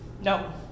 no